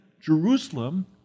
Jerusalem